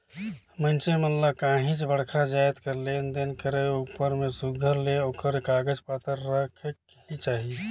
मइनसे मन ल काहींच बड़खा जाएत कर लेन देन करे उपर में सुग्घर ले ओकर कागज पाथर रखेक ही चाही